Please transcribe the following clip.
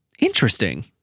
Interesting